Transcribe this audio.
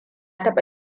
taɓa